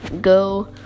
Go